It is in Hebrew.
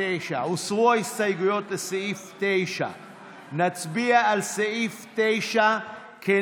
המשרד מגבש נהלים למעקב